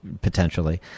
potentially